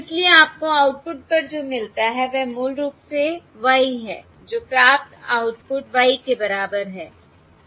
इसलिए आपको आउटपुट पर जो मिलता है वह मूल रूप से y है जो प्राप्त आउटपुट y के बराबर है